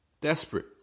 desperate